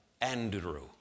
Andrew